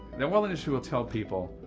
the oil industry will tell people,